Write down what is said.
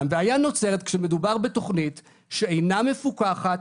הבעיה נוצרת כשמדובר בתוכנית שאינה מפוקחת,